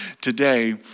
today